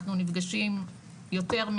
אנחנו נפגשים יותר,